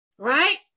Right